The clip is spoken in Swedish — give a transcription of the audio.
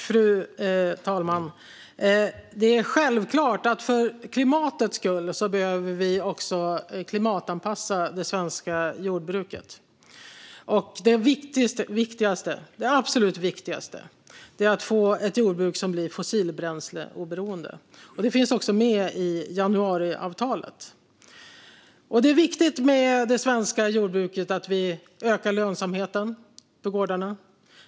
Fru talman! Det är självklart att vi för klimatets skull behöver klimatanpassa det svenska jordbruket. Det absolut viktigaste är att få ett jordbruk som blir oberoende av fossilbränsle. Det finns också med i januariavtalet. Det är viktigt att vi ökar lönsamheten i det svenska jordbruket för gårdarna.